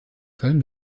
köln